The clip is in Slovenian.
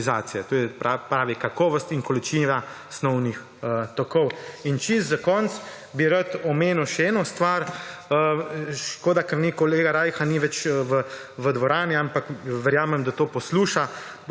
to se pravi, kakovost in količina osnovnih tokov. In čisto za konec bi rad omenil še eno stvar ‒ škoda, ker kolega Rajha ni več v dvorani, ampak verjamem, da to posluša.